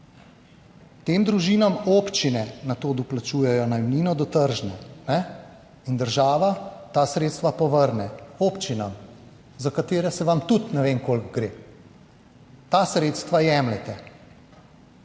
Tem družinam občine na to doplačujejo najemnino do tržne, ne, in država ta sredstva povrne. Občinam, za katere se vam tudi ne vem koliko gre, ta sredstva jemljete.